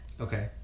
okay